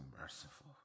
merciful